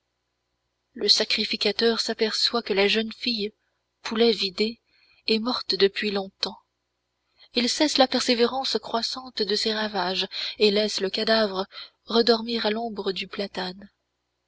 le sacrificateur s'aperçoit que la jeune fille poulet vidé est morte depuis longtemps il cesse la persévérance croissante de ses ravages et laisse le cadavre redormir à l'ombre du platane